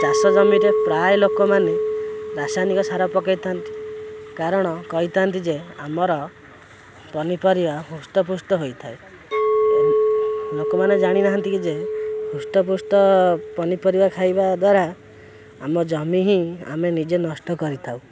ଚାଷ ଜମିରେ ପ୍ରାୟ ଲୋକମାନେ ରାସାୟନିକ ସାର ପକାଇଥାନ୍ତି କାରଣ କହିଥାନ୍ତି ଯେ ଆମର ପନିପରିବା ହୃଷ୍ଟପୃଷ୍ଟ ହୋଇଥାଏ ଲୋକମାନେ ଜାଣିନାହାନ୍ତି କି ଯେ ହୃଷ୍ଟପୃଷ୍ଟ ପନିପରିବା ଖାଇବା ଦ୍ଵାରା ଆମ ଜମି ହିଁ ଆମେ ନିଜେ ନଷ୍ଟ କରିଥାଉ